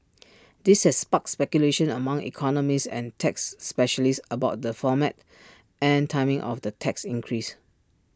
this has sparked speculation among economists and tax specialists about the format and timing of the tax increase